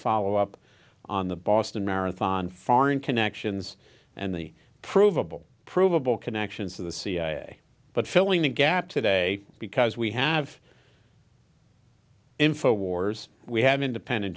follow up on the boston marathon foreign connections and the provable provable connections to the cia but filling the gap today because we have info wars we have independent